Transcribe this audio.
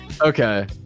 Okay